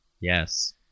Yes